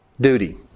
duty